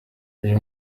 uyu